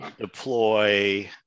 deploy